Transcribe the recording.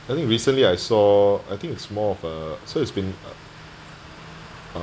I think recently I saw I think it's more of uh so it's been uh